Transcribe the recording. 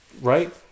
right